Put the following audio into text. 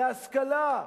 להשכלה,